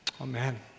Amen